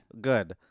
Good